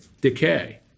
Decay